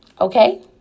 Okay